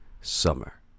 summer